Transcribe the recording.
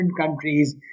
countries